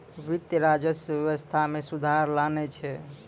वित्त, राजस्व व्यवस्था मे सुधार लानै छै